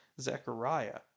Zechariah